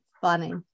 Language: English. funny